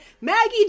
Maggie